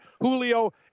Julio